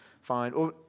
fine